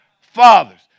fathers